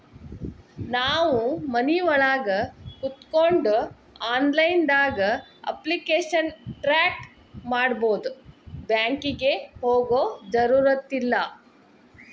ನಾವು ಮನಿಒಳಗ ಕೋತ್ಕೊಂಡು ಆನ್ಲೈದಾಗ ಅಪ್ಲಿಕೆಶನ್ ಟ್ರಾಕ್ ಮಾಡ್ಬೊದು ಬ್ಯಾಂಕಿಗೆ ಹೋಗೊ ಜರುರತಿಲ್ಲಾ